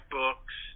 books